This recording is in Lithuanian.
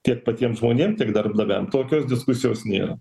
tiek patiem žmonėm tiek darbdaviam tokios diskusijos nėra